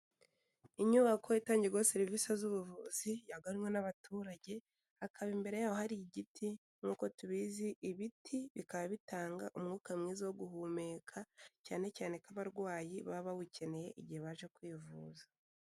Inyubako itangirwaho serivisi z'ubuvuzi, yaganwe n'abaturage, hakaba imbere yaho hari igiti, nk'uko tubizi, ibiti bikaba bitanga umwuka mwiza wo guhumeka, cyane cyane ko abarwayi baba bawukeneye igihe baje kwivuza.